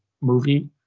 movie